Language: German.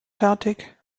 fertig